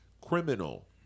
Criminal